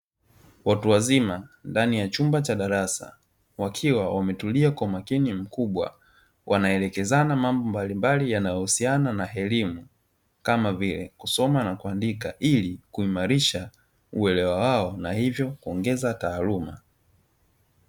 Watu wazima ndani ya chumba cha darasa, wakiwa wametulia kwa umakini mkubwa, wanaelekezana mambo mbalimbali yanayohusiana na elimu kama vile kusoma na kuandika, ili kuimarisha uelewa wao na hivyo kuongeza taaluma.